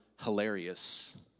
hilarious